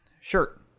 Shirt